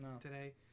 today